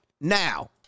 now